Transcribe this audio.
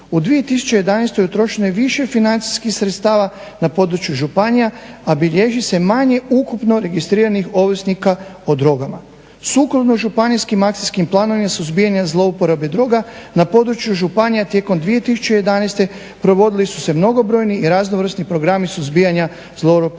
U 2011. utrošeno je više financijskih sredstava na području županija, a bilježi se manje ukupno registriranih ovisnika o drogama. Sukladno županijskim akcijskim planovima suzbijanja zlouporabe droga na području županija tijekom 2011. provodili su se mnogobrojni i raznovrsni programi suzbijanja zlouporabe droga.